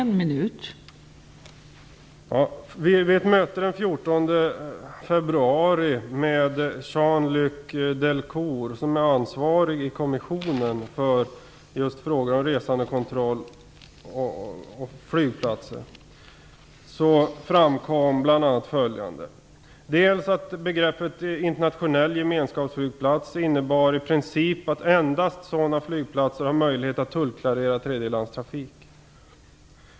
Fru talman! Vid ett möte den 14 februari med Jean-Luc Delcourt, som är ansvarig i kommissionen för frågor om resandekontroll och flygplatser, framkom bl.a. följande. Begreppet internationell gemenskapsflygplats innebar i princip att endast sådana flygplatser har möjlighet att tullklarera tredjelandstrafik.